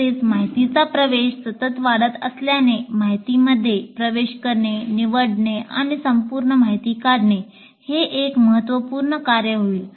तसेच माहितीचा प्रवेश सतत वाढत असल्याने माहितीमध्ये प्रवेश करणे निवडणे आणि संपुर्ण माहिती काढणे हे एक महत्त्वपूर्ण कार्य होईल